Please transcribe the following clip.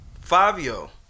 Fabio